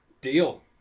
Deal